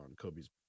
Kobe's